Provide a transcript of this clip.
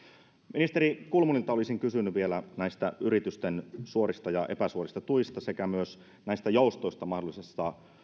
ministeri kulmunilta olisin kysynyt vielä näistä yritysten suorista ja epäsuorista tuista sekä näistä joustoista mahdollisessa